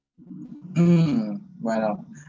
Bueno